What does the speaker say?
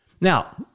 Now